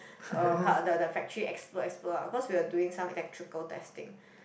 oh the the factory explode explode ah cause we were doing some electrical testing